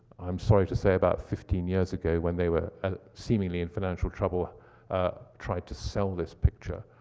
i'm sorry to say, about fifteen years ago, when they were ah seemingly in financial trouble ah tried to sell this picture.